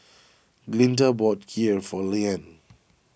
Glinda bought Kheer for Leanne